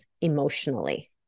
emotionally